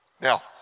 Now